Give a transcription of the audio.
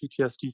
PTSD